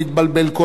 זו הכוונה בשאלה,